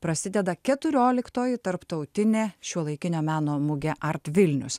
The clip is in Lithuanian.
prasideda keturioliktoji tarptautinė šiuolaikinio meno mugė artvilnius